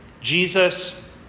Jesus